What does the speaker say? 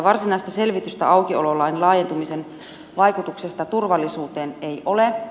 varsinaista selvitystä aukiololain laajentumisen vaikutuksista turvallisuuteen ei ole